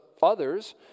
Others